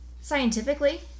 Scientifically